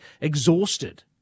exhausted